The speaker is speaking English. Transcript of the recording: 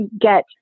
get